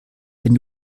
wenn